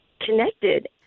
connected